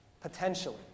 potentially